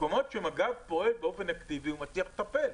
במקומות שמג"ב פועל באופן אקטיבי הוא מציע לטפל.